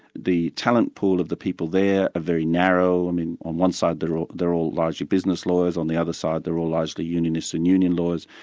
the talent pool of the people is very narrow. on one side they're ah they're all largely business lawyers, on the other side they're all largely unionists and union lawyers,